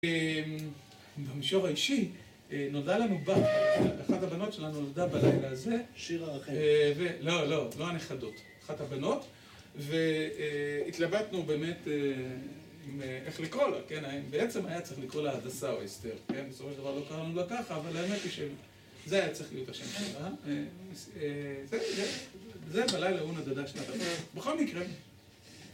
במישור האישי, נולדה לנו בת, אחת הבנות שלנו נולדה בלילה הזה. שירה רחל. לא, לא, לא הנכדות, אחת הבנות. והתלבטנו באמת, איך לקרוא לה, כן? בעצם היה צריך לקרוא לה הדסה או אסתר, כן? בסופו של דבר לא קראנו לה ככה, אבל האמת היא שזה היה צריך להיות השם שלה. זה בלילה הוא נדדה שנת המלך. בכל מקרה...